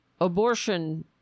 abortion